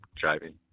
driving